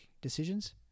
decisions